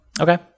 Okay